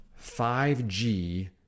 5G